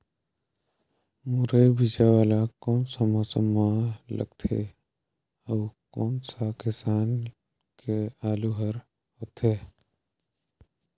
मुरई बीजा वाला कोन सा मौसम म लगथे अउ कोन सा किसम के आलू हर होथे?